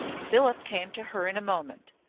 philip came to her in a moment.